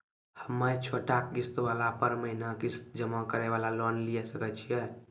हम्मय छोटा किस्त वाला पर महीना किस्त जमा करे वाला लोन लिये सकय छियै?